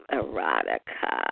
erotica